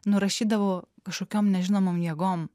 nurašydavo kažkokiom nežinomom jėgom